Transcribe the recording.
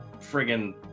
friggin